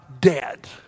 dead